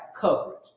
coverage